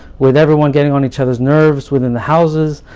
with everyone getting on each other's nerves within the houses,